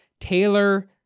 Taylor